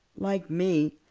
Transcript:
like me.